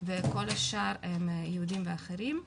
וכל השאר הם יהודים ואחרים.